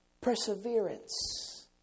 Perseverance